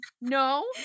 No